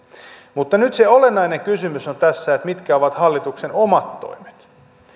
mutta nyt se olennainen kysymys tässä on mitkä ovat hallituksen omat toimet